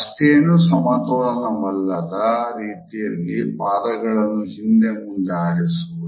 ಅಷ್ಟೇನೂ ಸಮತೋಲನವಲ್ಲದ ರೀತಿಯಲ್ಲಿ ಪಾದಗಳನ್ನು ಹಿಂದೆ ಮುಂದೆ ಆಡಿಸುವುದು